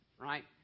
right